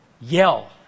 yell